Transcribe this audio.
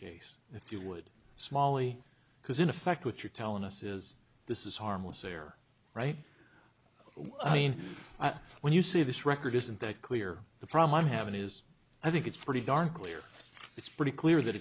case if you would smally because in effect what you're telling us is this is harmless or right i mean when you say this record isn't that clear the problem i'm having is i think it's pretty darn clear it's pretty clear that